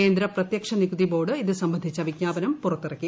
കേന്ദ്ര പ്രതൃക്ഷ നികുതി ബോർഡ് ഇത് സംബന്ധിച്ച വിജ്ഞാപനം പുറത്തിറക്കി